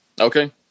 Okay